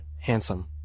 handsome